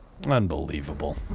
Unbelievable